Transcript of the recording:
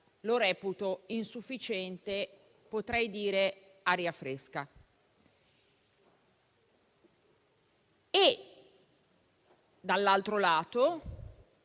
lo reputo insufficiente, potrei dire "aria fresca". Dall'altro lato,